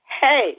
Hey